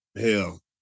Hell